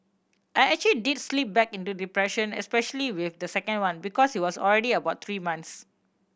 I actual did slip back into depression especially with the second one because he was already about three months